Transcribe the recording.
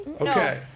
Okay